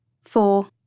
Four